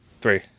Three